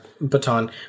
baton